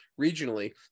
regionally